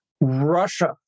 Russia